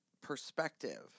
perspective